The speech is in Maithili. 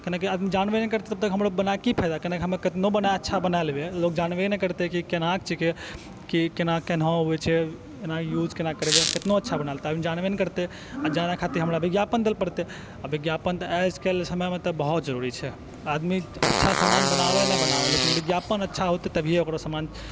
केनाकि आदमी जानबे हि नहि करते ताबे तक हमरा ओऽ बना के कि फायदा केनाकि हम कितनौ अच्छा बना लेबै लोग जानबी हि नहि करते केना कि छिके कि केना ओऽ होइ छे केना यूज केना करबै कितनौ अच्छा बना ले आदमी जानबे हि नहि करते आ जानय खातिर हमरा विज्ञापन दे लऽ पड़ते आ विज्ञापन आइ काल्हि के समय मे तऽ बहुत जरूरी छै आदमी अच्छा सामान बनाबय नहि बनाबय लेकिन विज्ञापन अच्छा होते तभिए ओकर सामान